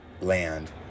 land